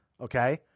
okay